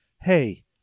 hey